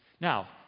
Now